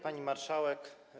Pani Marszałek!